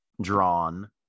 drawn